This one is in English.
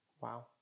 Wow